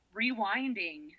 rewinding